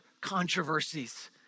controversies